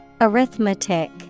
Arithmetic